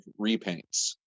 repaints